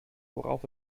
worauf